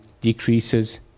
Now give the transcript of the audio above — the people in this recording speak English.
decreases